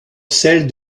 celles